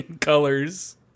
colors